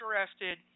interested